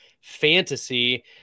Fantasy